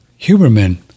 Huberman